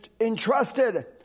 entrusted